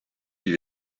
die